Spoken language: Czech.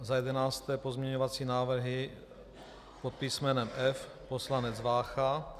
Za jedenácté pozměňovací návrhy pod písmenem F, poslanec Vácha.